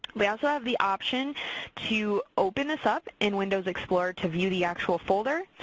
we also have the option to open this up in windows explorer to view the actual folder,